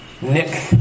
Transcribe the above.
Nick